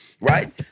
right